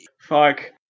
Fuck